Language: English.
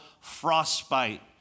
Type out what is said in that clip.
frostbite